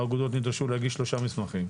האגודות נדרשו להגיש 3 מסמכים,